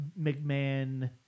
McMahon